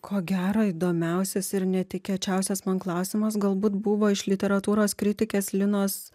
ko gero įdomiausias ir netikėčiausias man klausimas galbūt buvo iš literatūros kritikės linos